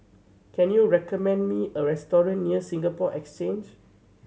can you recommend me a restaurant near Singapore Exchange